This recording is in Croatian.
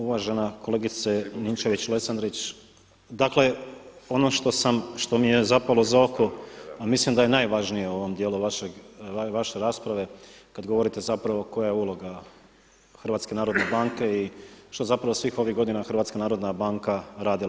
Uvažena kolegice Ninčević-Lesandrić, dakle ono što mi je zapelo za oko a mislim da je najvažnije u ovom dijelu vaše rasprave kada govorite zapravo koja je uloga HNB i što je zapravo svih ovih godina HNB radila.